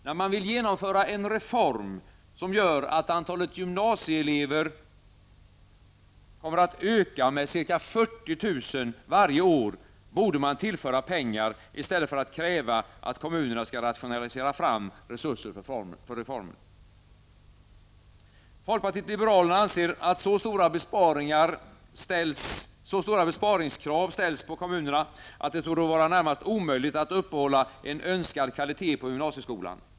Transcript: När man vill genomföra en reform, som gör att antalet gymnasieelever kommer att öka med ca 40 000 varje år, borde man tillföra pengar i stället för att kräva att kommunerna skall rationalisera fram resurser för reformen. Folkpartiet liberalerna anser att så stora besparingskrav ställs på kommunerna att det torde vara närmast omöjligt att behålla en önskad kvalitet på gymnasieskolan.